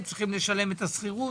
הם צריכים לשלם את השכירות,